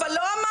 אבל לא אמרת.